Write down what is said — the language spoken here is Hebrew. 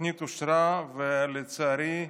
התוכנית אושרה, ולצערי,